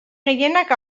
gehienak